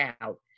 out